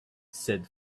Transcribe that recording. said